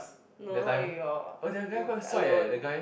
no no no with you all you alone